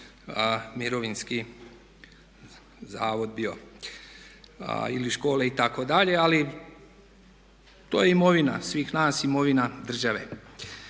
mirovinski zavod bio ili škole itd. Ali to je imovina svih nas, imovina države.